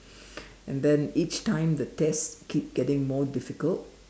and then each time the test keep getting more difficult